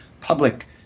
public